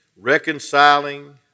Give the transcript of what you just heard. Reconciling